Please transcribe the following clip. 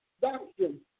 doctrine